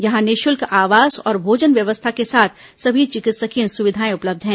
यहां निःशुल्क आवास और भोजन व्यवस्था के साथ सभी चिकित्सीय सुविघाएं उपलब्ध है